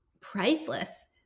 priceless